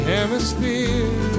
Hemisphere